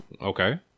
Okay